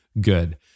good